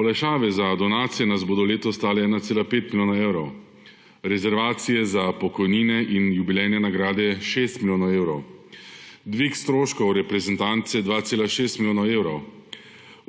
Olajšave za donacije nas bodo letos stale 1,5 milijona evrov, rezervacije za pokojnine in jubilejne nagrade 6 milijonov evrov, dvig stroškov reprezentance 2,6 milijona evrov,